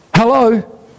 hello